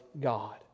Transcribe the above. God